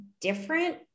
different